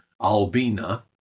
Albina